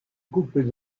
couple